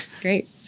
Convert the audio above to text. Great